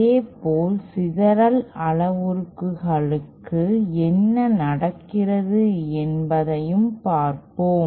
இதேபோல் சிதறல் அளவுருக்களுக்கு என்ன நடக்கிறது என்பதைப் பார்ப்போம்